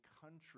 country